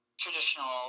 traditional